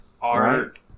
art